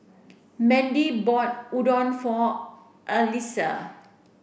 Mandy bought Udon for Alissa